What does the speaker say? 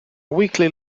weekly